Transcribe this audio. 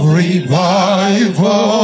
revival